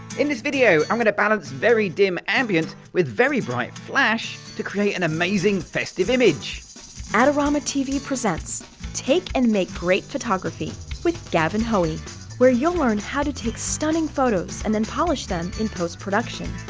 in this video i'm gonna balance very dim ambient with very bright flash to create an amazing festive image adorama tv presents take and make great photography with gavin hoey where you learn how to text stunning photos and then polished and in post-production